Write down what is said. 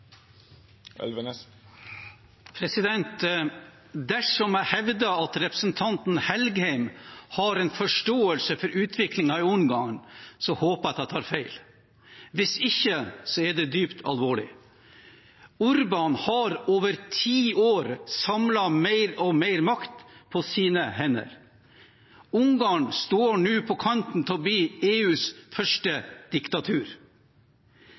Dersom jeg hevder at representanten Helgheim har en forståelse for utviklingen i Ungarn, håper jeg at jeg tar feil. Hvis ikke er det dypt alvorlig. Orbán har over ti år samlet mer og mer makt på sine hender. Ungarn står nå på kanten til å bli EUs første diktatur.